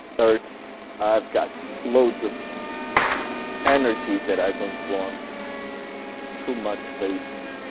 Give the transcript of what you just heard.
hertz i've got loads of energy that i don't want, it's too much bass